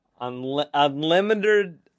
Unlimited